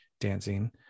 dancing